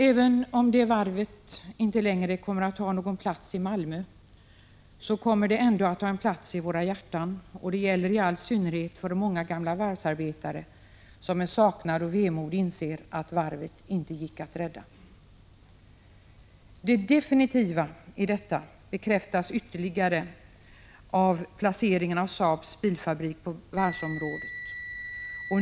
Även om det varvet Inte längre kommer att ha någon plats i Malmö, kommer det ändå att ha en plats i våra hjärtan, och det gäller i all synnerhet för många gamla varvsarbetare, som med saknad och vemod inser att varvet inte gick att rädda. Det definitiva i detta bekräftas ytterligare av placeringen av Saabs bilfabrik på varvsområdet.